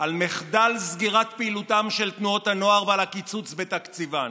על מחדל סגירת פעילותן של תנועות הנוער ועל הקיצוץ בתקציבן.